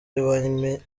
abanyemari